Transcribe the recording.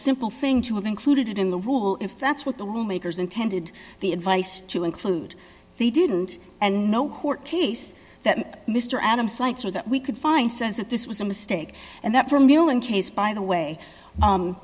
simple thing to have included in the rule if that's what the room makers intended the advice to include they didn't and no court case that mr adams cites or that we could find says that this was a mistake and that from you and case by the way